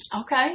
Okay